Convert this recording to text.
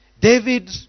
David